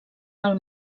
del